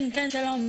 שלום.